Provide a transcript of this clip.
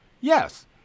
Yes